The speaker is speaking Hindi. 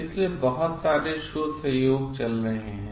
इसलिए बहुत सारे शोध सहयोग चल रहे हैं